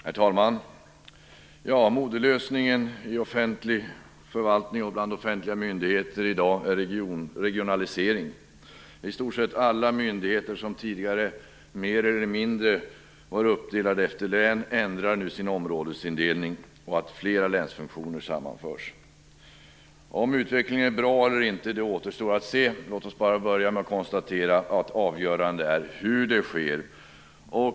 Herr talman! Modelösningen i offentlig förvaltning och bland offentliga myndigheter i dag är regionalisering. I stort sett alla myndigheter som tidigare mer eller mindre var uppdelade efter län ändrar nu sin områdesindelning, och fler länsfunktioner sammanförs. Om utvecklingen är bra eller inte återstår att se. Låt oss börja med att konstatera att det avgörande är hur det sker.